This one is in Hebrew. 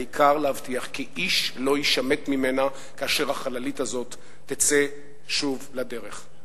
העיקר להבטיח כי איש לא יישמט ממנה כאשר החללית הזו תצא שוב לדרך.